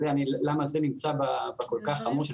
וזאת הסיבה שאני מעיר למה זה נמצא בסעיף של כל כך חמור,